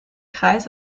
kreis